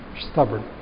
stubborn